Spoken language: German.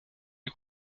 die